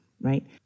right